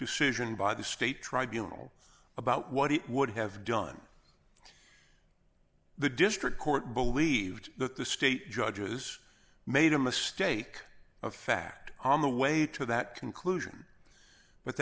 decision by the state tribunals about what it would have done the district court believed that the state judges made a mistake of fact on the way to that conclusion but